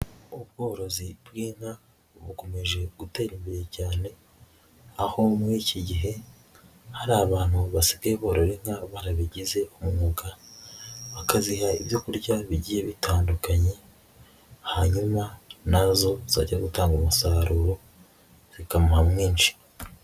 Ubworozi bw'inka bukomeje gutera imbere cyane, aho muri iki gihe hari abantu basigaye borora inka barabigize umwuga bakaziha ibyo kurya bigiye bitandukanye hanyuma na zo zajya gutanga umusaruro zikamuha mwinshi.